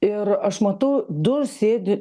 ir aš matau du sėdi